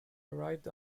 arrived